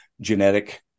genetic